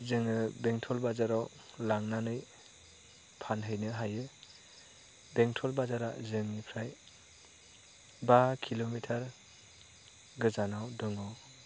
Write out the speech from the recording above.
जोङो बेंथल बाजाराव लांनानै फानहैनो हायो बेंथल बाजारा जोंनिफ्राय बा किल'मिटार गोजानाव दङ